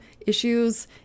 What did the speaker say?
issues